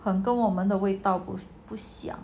很跟我们的味道不像